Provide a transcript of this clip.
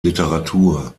literatur